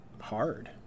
hard